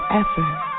effort